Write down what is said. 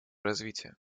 развития